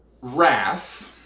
wrath